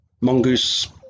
mongoose